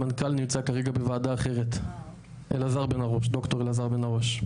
המנכ"ל נמצא כרגע בוועדה אחרת, ד"ר אלעזר בן הרוש,